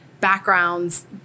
backgrounds